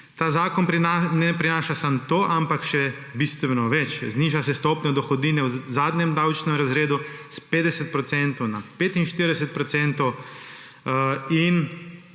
Ta zakon ne prinaša samo tega, ampak še bistveno več. Zniža se stopnja dohodnine v zadnjem davčnem razredu s 50 procentov